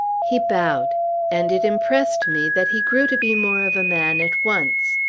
he bowed and it impressed me that he grew to be more of a man at once,